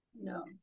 no